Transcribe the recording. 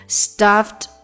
stuffed